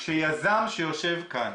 של יזם שיושב כאן